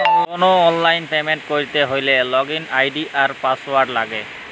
call অললাইল payment ক্যরতে হ্যলে লগইল আই.ডি আর পাসঅয়াড় লাগে